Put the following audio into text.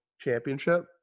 championship